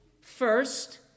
first